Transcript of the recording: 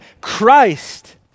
Christ